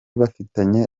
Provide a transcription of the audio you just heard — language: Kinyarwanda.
bafitanye